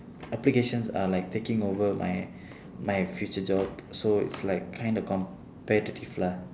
applications are like taking over my my future job so it's like kind of competitive lah